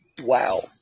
Wow